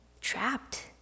trapped